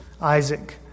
Isaac